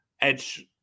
Edge